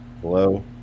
Hello